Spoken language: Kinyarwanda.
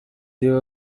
filime